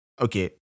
okay